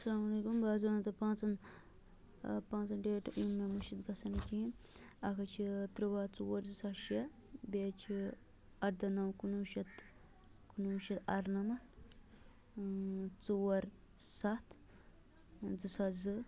اسلامُ علیکُم بہٕ حظ وَنہو تۅیہِ پانٛژَن پانٛژَن ڈیٹ یِم مےٚ مٔشتھ گژھان نہٕ کیٚنٛہہ اَکھ حظ چھُ تُرٛواہ ژور زٕ ساس شےٚ بیٚیہِ چھِ اَرداہ نو کُنوُہ شتھ کُنوُہ شتھ اَرنَمَتھ ژور سَتھ زٕ ساس زٕ